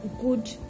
good